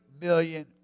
million